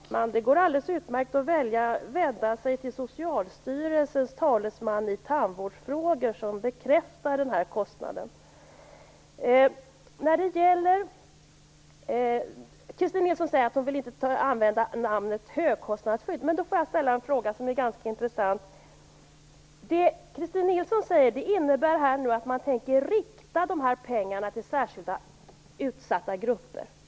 Herr talman! Det går alldeles utmärkt att vända sig till Socialstyrelsens talesman i tandvårdsfrågor som kan bekräfta den här kostnaden. Christin Nilsson säger att hon inte vill använda ordet högkostnadsskydd. Då måste jag ställa en fråga som är ganska intressant. Det Christin Nilsson säger innebär att man tänker rikta dessa pengar till särskilt utsatta grupper.